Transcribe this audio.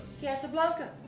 Casablanca